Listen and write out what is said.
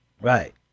Right